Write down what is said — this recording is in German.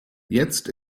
jetzt